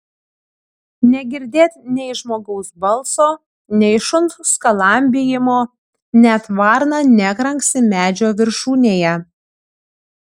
negirdėt nei žmogaus balso nei šuns skalambijimo net varna nekranksi medžio viršūnėje